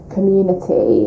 community